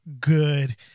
good